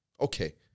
Okay